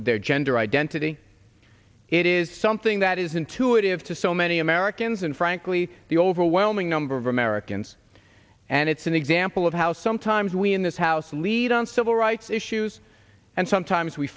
of their gender identity it is something that is intuitive to so many americans and frankly the overwhelming number of americans and it's an example of how sometimes we in this house lead on civil rights issues and sometimes we